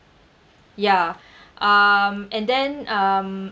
ya um and then um